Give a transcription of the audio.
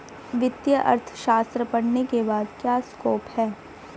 वित्तीय अर्थशास्त्र पढ़ने के बाद क्या स्कोप है?